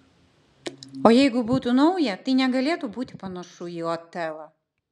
o jeigu būtų nauja tai negalėtų būti panašu į otelą